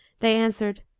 they answered,